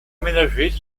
aménagés